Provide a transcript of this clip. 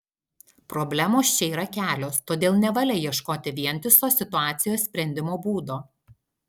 problemos čia yra kelios todėl nevalia ieškoti vientiso situacijos sprendimo būdo